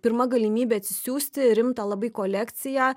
pirma galimybė atsisiųsti rimtą labai kolekciją